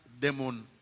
demon